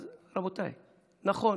אז רבותיי, נכון,